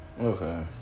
Okay